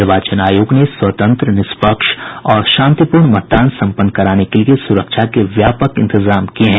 निर्वाचन आयोग ने स्वतंत्र निष्पक्ष और शांतिपूर्ण मतदान सम्पन्न कराने के लिये सुरक्षा के अभूतपूर्व इंतजाम किये हैं